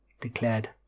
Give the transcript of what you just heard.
declared